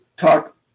talk